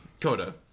Coda